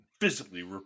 physically